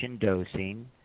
dosing